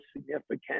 significant